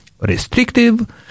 restrictive